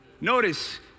Notice